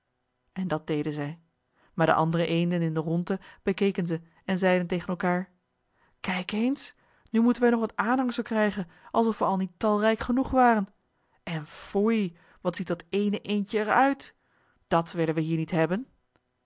en dat deden zij maar de andere eenden in de rondte bekeken ze en zeiden tegen elkaar kijk eens nu moeten wij nog het aanhangsel krijgen alsof wij al niet talrijk genoeg waren en foei wat ziet dat eene eendje er uit dat willen wij hier niet hebben